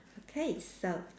okay so